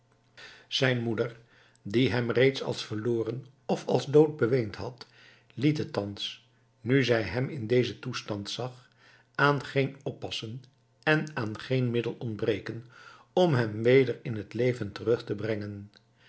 zijn moeder die hem reeds als verloren of als dood beweend had liet het thans nu zij hem in dezen toestand zag aan geen oppassen en aan geen middel ontbreken om hem weder in t leven terug te brengen